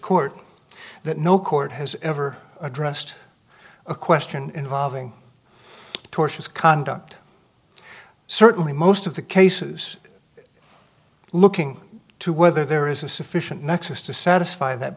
no court has ever addressed a question involving tortious conduct certainly most of the cases looking to whether there is a sufficient nexus to satisfy that